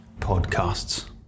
podcasts